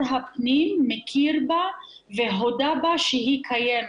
הפנים מכיר בה והודה בה שהיא קיימת,